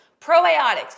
Probiotics